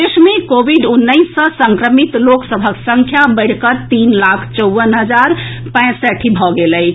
देश मे कोविड उन्नैस सॅ संक्रमित लोक सभक संख्या बढ़िकऽ तीन लाख चौवन हजार पैंसठि भऽ गेल अछि